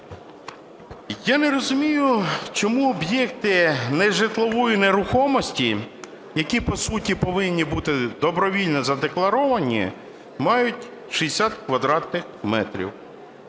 Я не розумію, чому об'єкти нежитлової нерухомості, які, по суті, повинні бути добровільно задекларовані, мають 60 квадратних метрів.